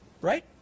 right